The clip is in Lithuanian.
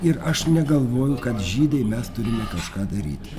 ir aš negalvoju kad žydai mes turime kažką daryt